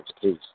please